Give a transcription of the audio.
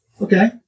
Okay